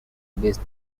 based